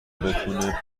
بتونه